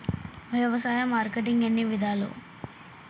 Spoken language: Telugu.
వ్యవసాయ మార్కెటింగ్ ఎన్ని విధాలు?